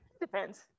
depends